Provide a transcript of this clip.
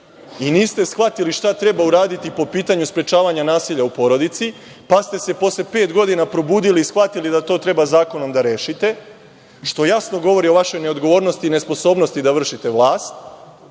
i niste shvatili šta treba uraditi po pitanju sprečavanja nasilja u porodici, pa ste se posle pet godina probudili i shvatili da to treba zakonom da rešite, što jasno govori o vašoj neodgovornosti i nesposobnosti da vršite vlast.